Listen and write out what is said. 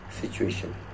situation